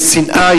יש שנאה,